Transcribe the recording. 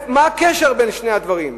מה הקשר בין שני הדברים?